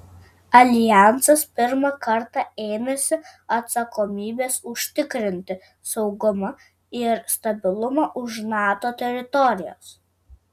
aljansas pirmą kartą ėmėsi atsakomybės užtikrinti saugumą ir stabilumą už nato teritorijos